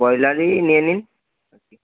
ব্রয়লারই নিয়ে নিন আর কি